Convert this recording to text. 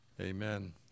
Amen